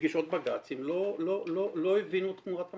שמגישות בג"צים לא הבינו את חומרת המצב.